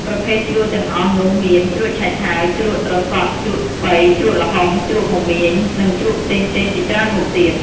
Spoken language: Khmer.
ប្រភេទជ្រក់ទាំងអស់នោះមាន ជ្រក់ឆៃថាវ ជ្រក់ត្រសក់ ជ្រក់ស្ពៃ ជ្រក់ល្ហុង ជ្រក់មមាញ និងជ្រក់ផ្សេងៗជាច្រើនមុខទៀត។